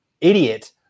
idiot